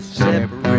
separate